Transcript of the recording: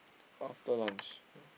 after lunch